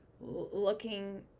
Looking